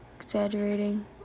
Exaggerating